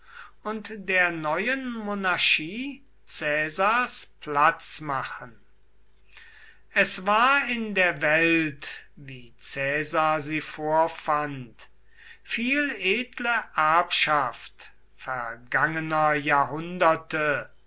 und der neuen monarchie caesars platz machen es war in der welt wie caesar sie vorfand viel edle erbschaft vergangener jahrhunderte